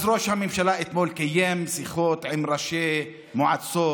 אז ראש הממשלה קיים אתמול שיחות עם ראשי מועצות,